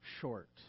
short